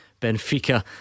Benfica